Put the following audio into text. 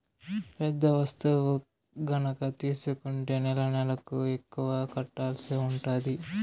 పెద్ద వస్తువు గనక తీసుకుంటే నెలనెలకు ఎక్కువ కట్టాల్సి ఉంటది